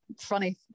Funny